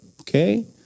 Okay